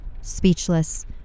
Speechless